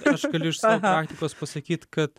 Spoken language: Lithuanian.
aš galiu iš savo praktikos pasakyt kad